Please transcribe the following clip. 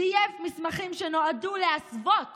זייף מסמכים שנועדו להסוות